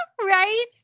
right